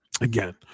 Again